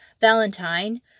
Valentine